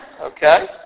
Okay